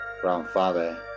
Grandfather